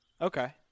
Okay